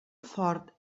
fort